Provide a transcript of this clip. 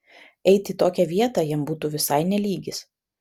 eit į tokią vietą jam būtų visai ne lygis